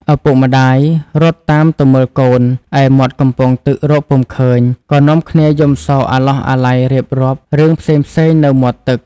ឪពុកម្ដាយរត់តាមទៅមើលកូន ឯមាត់កំពង់ទឹករកពុំឃើញ ក៏នាំគ្នាយំសោកអាឡោះអាល័យរៀបរាប់ រឿងផ្សេងៗនៅមាត់ទឹក ។